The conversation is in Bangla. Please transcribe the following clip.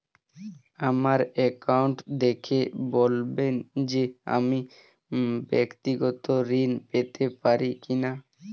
আমার অ্যাকাউন্ট দেখে বলবেন যে আমি ব্যাক্তিগত ঋণ পেতে পারি কি না?